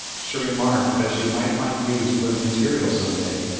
she remarked that she might find use for the material some day,